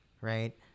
right